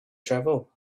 travel